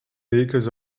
bakers